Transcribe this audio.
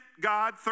God